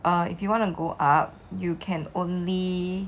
uh if you want to go up you can only